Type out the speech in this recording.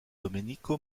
domenico